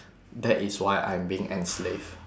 that is why I'm being enslave